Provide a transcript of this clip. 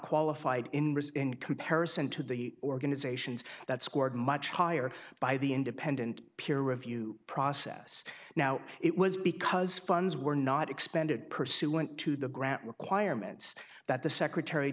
qualified in comparison to the organizations that scored much higher by the independent peer review process now it was because funds were not expended pursuant to the grant requirements that the secretary